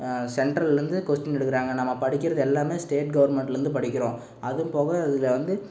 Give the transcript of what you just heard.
சென்ட்ரலிலேருந்து question எடுக்கிறாங்க நம்ம படிக்கிறது எல்லாமே ஸ்டேட் கவர்மெண்ட்டிலேருந்து படிக்கிறோம் அதுபோக இதில் வந்து